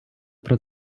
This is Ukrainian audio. про